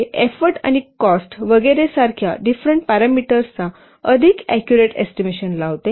हे एफोर्ट आणि कॉस्ट वगैरे सारख्या डिफरेंट पॅरामीटर्सचा अधिक ऍक्युरेट एस्टिमेशन लावते